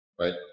right